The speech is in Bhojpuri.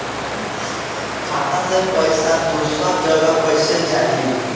खाता से पैसा दूसर जगह कईसे जाई?